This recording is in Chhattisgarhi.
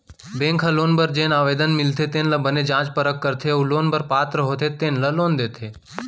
बेंक ह लोन बर जेन आवेदन मिलथे तेन ल बने जाँच परख करथे अउ लोन बर पात्र होथे तेन ल लोन देथे